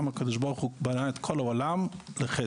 הקדוש ברוך הוא בנה את כל העולם בחסד.